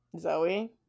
Zoe